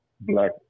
Black